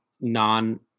non